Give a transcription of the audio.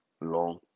long